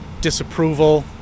disapproval